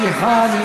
מוסי, סליחה.